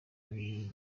ari